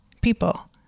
people